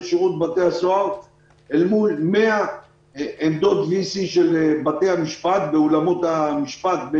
שירות בתי הסוהר אל מול 100 עמדות וי-סי באולמות של בתי המשפט.